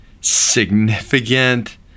significant